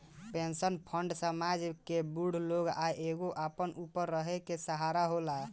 pension fund समाज के बूढ़ लोग ला एगो अपना ऊपर रहे के सहारा होला